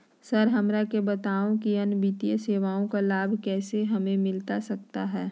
Sir हमरा के बताओ कि अन्य वित्तीय सेवाओं का लाभ कैसे हमें मिलता सकता है?